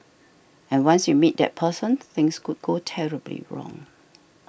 and once you meet that person things could go terribly wrong